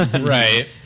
Right